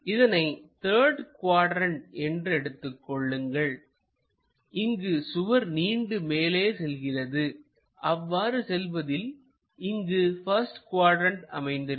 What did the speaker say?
இதனை third quadrant என்று எடுத்துக் கொள்ளுங்கள் இங்கு சுவர் நீண்டு மேலே செல்கிறது அவ்வாறு செல்வதில் இங்கு பஸ்ட் குவாட்ரண்ட் அமைந்திருக்கும்